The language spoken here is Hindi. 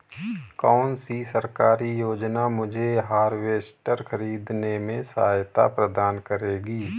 कौन सी सरकारी योजना मुझे हार्वेस्टर ख़रीदने में सहायता प्रदान करेगी?